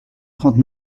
trente